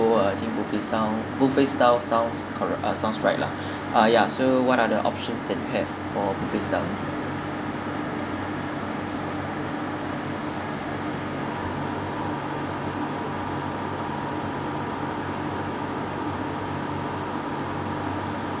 I think buffet sounds buffet style sounds correct uh sounds right lah ah yeah so what are the options that you have for buffet style